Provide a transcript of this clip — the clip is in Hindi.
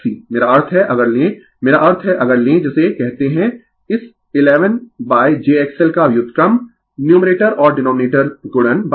मेरा अर्थ है अगर ले मेरा अर्थ है अगर लें जिसे कहते है इस 11 jXL का व्युत्क्रम न्यूमरेटर और डीनोमिनेटर गुणन j